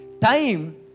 Time